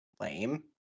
Lame